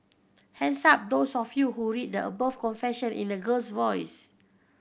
hands up those of you who read the above confession in a girl's voice